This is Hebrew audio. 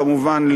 כמובן,